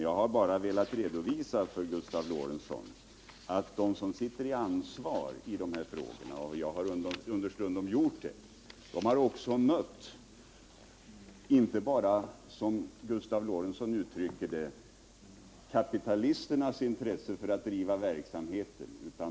Jag har velat redovisa för Gustav Lorentzon att de som sitter i ansvarsställning i de här frågorna — och jag har understundom gjort det — har mött inte bara, som Gustav Lorentzon uttrycker det, kapitalisternas intresse för att driva verksamhet.